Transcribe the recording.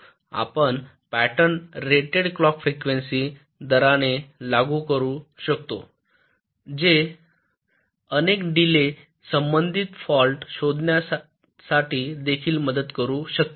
आपण pattern rated clock frequency दराने लागू करू शकतो जे अनेक डिले संबंधित फॉल्ट शोधण्यात देखील मदत करू शकते